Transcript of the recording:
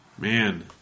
Man